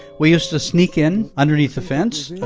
we used to sneak in underneath the fence of,